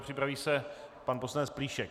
Připraví se pan poslanec Plíšek.